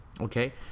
okay